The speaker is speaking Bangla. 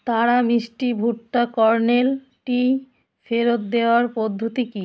তাড়া মিষ্টি ভুট্টা কর্নেলটি ফেরত দেওয়ার পদ্ধতি কী